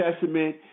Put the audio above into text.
Testament